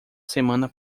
semana